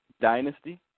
Dynasty